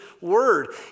word